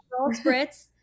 Spritz